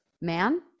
man